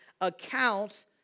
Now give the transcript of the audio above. account